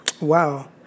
Wow